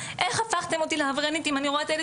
איך הפכתם אותי לעבריינים אם אני רואה את הילד